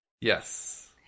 Yes